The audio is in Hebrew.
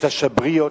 את השבריות,